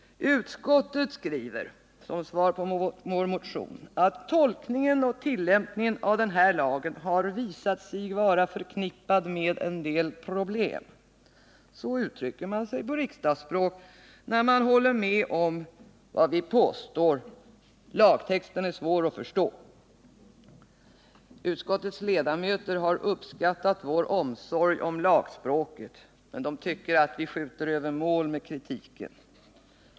Utskottet skriver som svar på vår motion att tolkningen och tillämpningen av lagen om tillfällig handel har visat sig vara förknippad med en del problem. Så uttrycker man sig på riksdagsspråk när man håller med om vad vi påstår, nämligen att lagtexten är svår att förstå. Utskottets ledamöter har uppskattat vår omsorg om lagspråket men tycker att vi skjuter över målet med vår kritik.